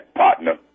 partner